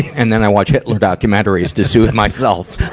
and then i watch hitler documentaries to soothe myself.